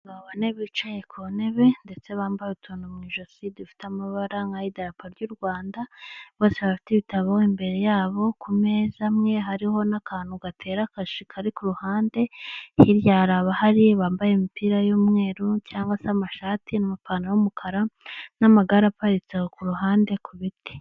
Abagabo bane bicaye ku ntebe ndetse bambaye utuntu mu ijosi dufite amabara nk'ay'idarapa ry'urwanda bose bafite ibitabo imbere yabo ku meza, amwe hariho n'akantu gatera kashi kari kuruhande hirya hari abambaye imipira y'umweru cyangwa se amashati n'apanantaro y'umukara, n'amagare aparitse ku ruhande ku biti.